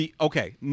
Okay